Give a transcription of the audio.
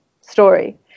story